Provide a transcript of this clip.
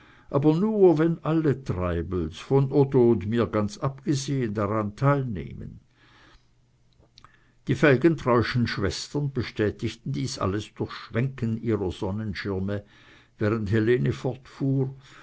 aber nur wenn alle treibels von otto und mir ganz abgesehen daran teilnehmen die felgentreuschen schwestern bestätigten dies alles durch schwenken ihrer sonnenschirme während helene fortfuhr